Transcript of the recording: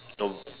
no